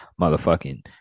motherfucking